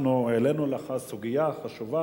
אנחנו העלינו לך סוגיה חשובה,